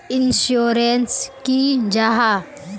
Insurance की जाहा?